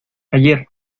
ayer